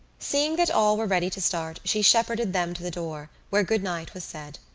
seeing that all were ready to start she shepherded them to the door, where good-night was said